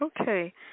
Okay